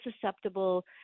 susceptible